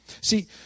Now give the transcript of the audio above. See